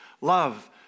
love